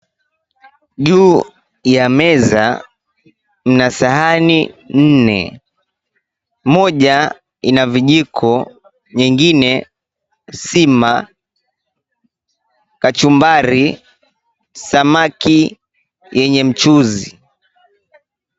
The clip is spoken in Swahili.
Juu ya meza mna sahani nne moja ina vijiko nyingine sima, kachumbari, samaki yenye mchuzi.